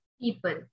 People